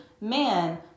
man